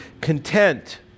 content